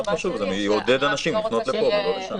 צעד חשוב, יעודד אנשים לפנות לפה ולא לשם.